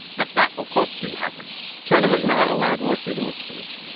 but that, of course, didn't happen china has not allowed more freedom of speech.